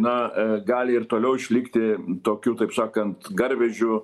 na gali ir toliau išlikti tokiu taip sakant garvežiu